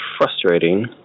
frustrating